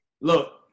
Look